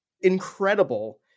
incredible